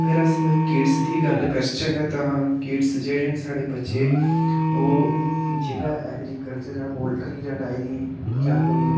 अगर अस किड्स दी गल्ल करचै तां किड्स जेह्ड़े न साढ़े बच्चे ओह् जेह्ड़ा ऐग्रिकल्चर जां पोल्ट्री जां डेयरी जां कोई